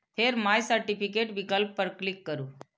फेर my certificate विकल्प पर क्लिक करू